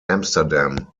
amsterdam